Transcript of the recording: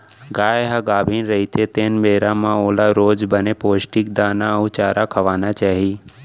गाय ह गाभिन रहिथे तेन बेरा म ओला रोज बने पोस्टिक दाना अउ चारा खवाना चाही